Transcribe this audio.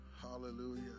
Hallelujah